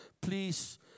please